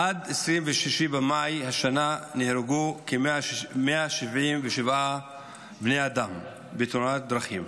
עד 26 במאי השנה נהרגו כ-177 בני אדם בתאונות דרכים.